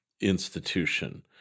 institution